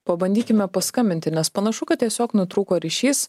pabandykime paskambinti nes panašu kad tiesiog nutrūko ryšys